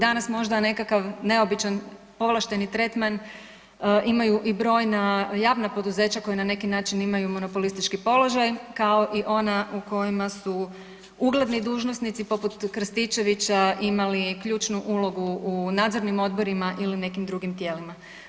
Danas možda nekakav neobičan povlašteni tretman imaju i brojna javna poduzeća koja na neki način imaju monopolistički položaj kao i ona u kojima su ugledni dužnosnici poput Krstičevića imali ključnu ulogu u nadzornim odborima ili nekim drugim tijelima.